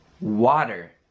water